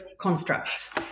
constructs